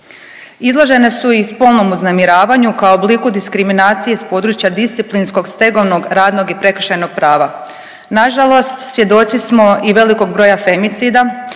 Izložene su i spolnom uznemiravanju kao obliku diskriminacije iz područja disciplinskog, stegovnog, radnog i prekršajnog prava. Nažalost svjedoci smo i velikog broja femicida